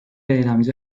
eylemci